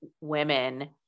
women